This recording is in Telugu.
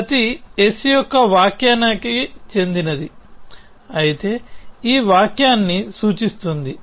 ప్రతి s యొక్క వ్యాఖ్యానానికి చెందినది అయితే ఈ వాక్యాన్ని సూచిస్తుంది